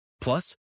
Plus